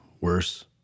worse